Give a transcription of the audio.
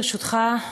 ברשותך,